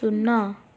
ଶୂନ